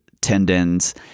tendons